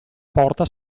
porta